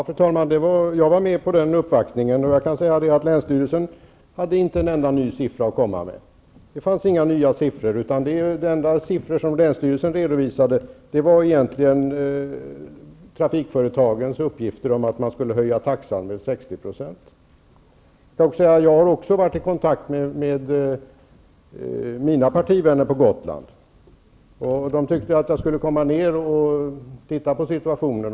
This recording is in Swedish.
Fru talman! Jag var med på uppvaktningen, och jag kan säga att länsstyrelsen inte hade en enda ny siffra att komma med. Det fanns inga nya siffror, utan de enda siffror som länsstyrelsen redovisade var egentligen trafikföretagens uppgifter om att man skulle höja taxan med 60 %. Jag har varit i kontakt med mina partivänner på Gotland, och de tyckte att jag skulle komma ner och titta på situationen.